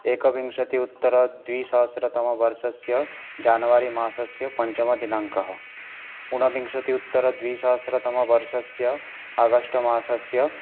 एकविंशति उत्तर द्विसहस्रतमवर्षस्य जान्वरि मासस्य पञ्चमदिनाङ्कः ऊनविंशति उत्तर द्विसहस्रतम वर्षस्य आगष्ट् मासस्य